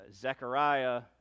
Zechariah